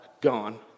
gone